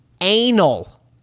anal